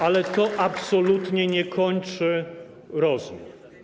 Ale to absolutnie nie kończy rozmów.